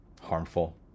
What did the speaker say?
harmful